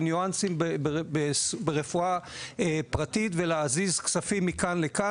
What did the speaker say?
ניואנסים ברפואה פרטית ולהזיז כספים מכאן ולכאן,